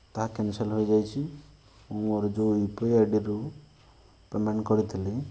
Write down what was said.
ତାହା କ୍ୟାନ୍ସଲ୍ ହୋଇଯାଇଛି ମୋର ଯେଉଁ ୟୁ ପି ଆଇ ଆଇଡ଼ିରୁ ପ୍ୟାମେଣ୍ଟ୍ କରିଥିଲି